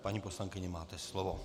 Paní poslankyně, máte slovo.